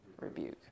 rebuke